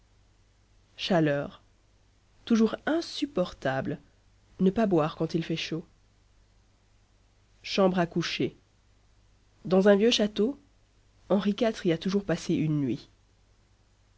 chaleur toujours insupportable ne pas boire quand il fait chaud chambre à coucher dans un vieux château henri iv y a toujours passé une nuit